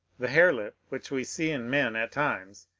the hare lip which we see in men at times,